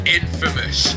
infamous